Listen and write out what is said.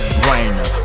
brainer